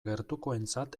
gertukoentzat